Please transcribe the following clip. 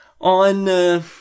on